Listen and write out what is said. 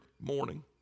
morning